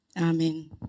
Amen